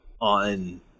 on